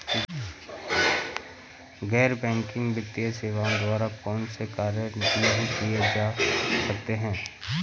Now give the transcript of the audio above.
गैर बैंकिंग वित्तीय सेवाओं द्वारा कौनसे कार्य नहीं किए जा सकते हैं?